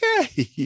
okay